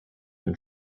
and